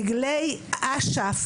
דגלי אש"ף,